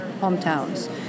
hometowns